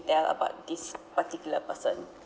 ~tel about this particular person